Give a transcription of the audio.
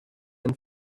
and